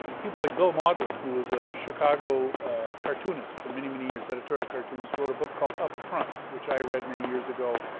people like bill mauldin and who was a chicago cartoonist for many, many years editorial cartoonist wrote a book called upfront which i read many years ago.